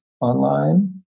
online